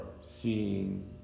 seeing